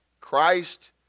Christ